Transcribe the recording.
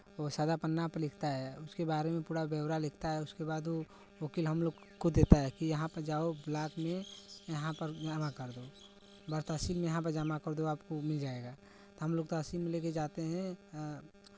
वो सादा पन्ना पे लिखता है उसके बारे में पूरा ब्यौरा लिखता है उसके बाद वो वकील हमलोग को देता है कि यहाँ पे जाओ ब्लॉक में यहाँ पर जमा कर दो तहसील में जमा कर दो आपको मिल जाएगा तो हमलोग तहसील में ले के जाते हैं